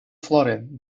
flooding